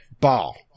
ball